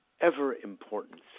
ever-important